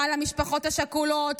רע למשפחות השכולות,